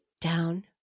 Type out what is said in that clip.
down